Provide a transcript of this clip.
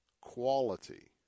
quality